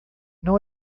não